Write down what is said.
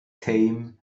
teim